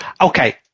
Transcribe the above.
Okay